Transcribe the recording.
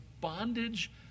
bondage